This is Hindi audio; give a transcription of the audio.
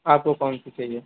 आपको कौन सी चाहिए